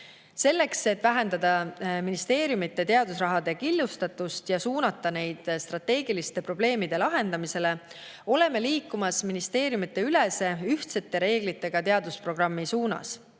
Selleks, et vähendada ministeeriumide teadusrahade killustatust ja suunata neid strateegiliste probleemide lahendamisele, oleme liikumas ministeeriumideülese ühtsete reeglitega teadusprogrammi suunas.